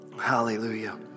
Hallelujah